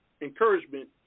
encouragement